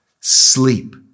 sleep